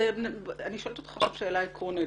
אני שואלת אותך עכשיו שאלה עקרונית,